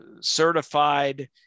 certified